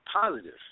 positive